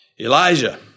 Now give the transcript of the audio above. Elijah